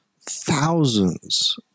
thousands